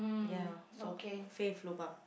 ya so Fave lobang